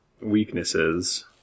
weaknesses